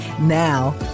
Now